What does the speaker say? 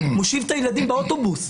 מושיב את הילדים באוטובוס,